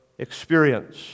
experience